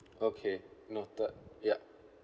okay noted yup